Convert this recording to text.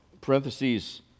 parentheses